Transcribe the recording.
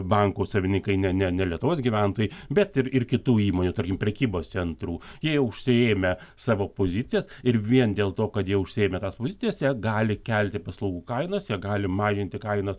bankų savininkai ne ne ne lietuvos gyventojai bet ir ir kitų įmonių tarkim prekybos centrų jie jau užsiėmę savo pozicijas ir vien dėl to kad jie užsiėmę tas pozicijas jie gali kelti paslaugų kainas jie gali mažinti kainą